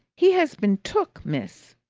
he has been took, miss!